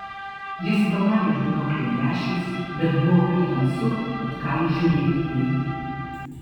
jis pavalė binoklio lęšius bet buvo per tamsu kad ką įžiūrėtumei